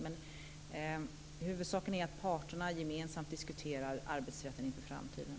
Men huvudsaken är att parterna gemensamt diskuterar arbetsrätten inför framtiden.